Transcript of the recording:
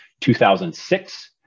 2006